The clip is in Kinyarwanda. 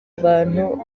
abantu